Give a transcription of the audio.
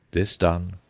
this done,